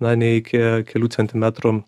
na nei iki kelių centimetrų